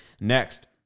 Next